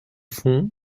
fond